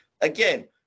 Again